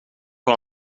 wel